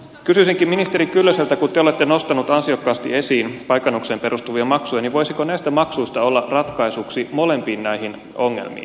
kysyisinkin ministeri kyllöseltä kun te olette nostanut ansiokkaasti esiin paikannukseen perustuvia maksuja voisiko näistä maksuista olla ratkaisuksi molempiin näihin ongelmiin